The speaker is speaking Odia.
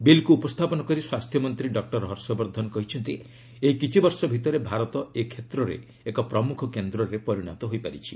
ବିଲ୍କୁ ଉପସ୍ଥାପନ କରି ସ୍ୱାସ୍ଥ୍ୟମନ୍ତ୍ରୀ ଡକ୍ଟର ହର୍ଷବର୍ଦ୍ଧନ କହିଛନ୍ତି ଏହି କିଛି ବର୍ଷ ଭିତରେ ଭାରତ ଏ କ୍ଷେତ୍ରରେ ଏକ ପ୍ରମୁଖ କେନ୍ଦ୍ରରେ ପରିଣତ ହୋଇଛି